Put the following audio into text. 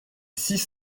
six